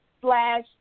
slash